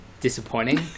disappointing